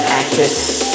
actress